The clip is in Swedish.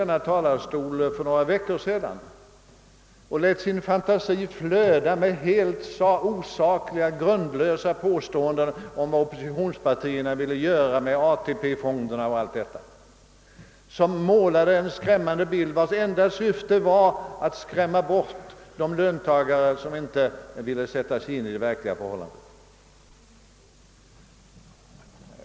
Han lät för någon vecka sedan sin fantasi flöda från denna talarstol, och han kom med helt grundlösa påståenden om vad oppositionspartierna ville göra med AP fonderna. Han målade en skrämmande bild, vars enda syfte var att avskräcka de löntagare som inte sätter sig in i de verkliga förhållandena.